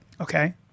okay